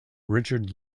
richard